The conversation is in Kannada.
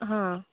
ಹಾಂ